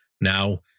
now